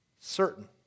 certain